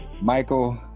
Michael